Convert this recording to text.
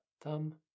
thumb